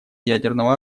ядерного